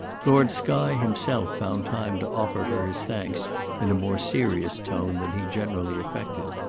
lord skye himself found time to offer her his thanks in a more serious tone than he generally affected.